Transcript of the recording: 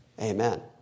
Amen